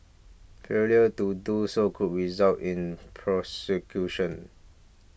failure to do so could result in prosecution